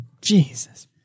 Jesus